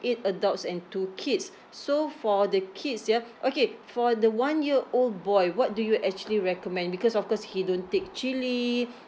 eight adults and two kids so for the kids ya okay for the one year old boy what do you actually recommend because of course he don't take chilli